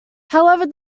however